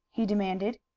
he demanded.